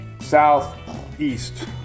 southeast